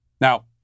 Now